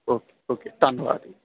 okay okay ਧੰਨਵਾਦ ਜੀ